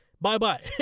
bye-bye